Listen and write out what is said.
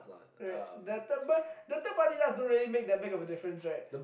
right that time but that time didn't make that big of a difference right